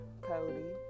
Cody